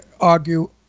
argue